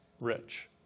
rich